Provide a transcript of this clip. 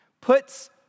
puts